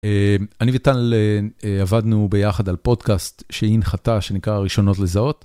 אני וטל עבדנו ביחד על פודקאסט שהיא הנחתה שנקרא "ראשונות לזהות",